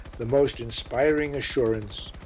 the most inspiring assurance,